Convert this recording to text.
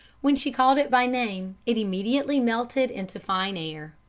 when she called it by name, it immediately melted into fine air.